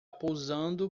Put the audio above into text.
posando